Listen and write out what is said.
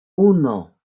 uno